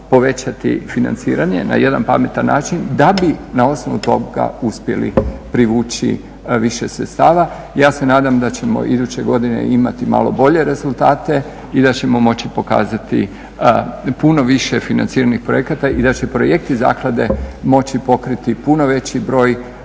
povećati financiranje na jedna pametan način da bi na osnovu toga uspjeli privući više sredstava. I ja se nadam da ćemo iduće godine imati malo bolje rezultate i da ćemo moći pokazati puno više financiranih projekata i da će projekti zaklade moći pokriti puno veći broj